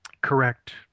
correct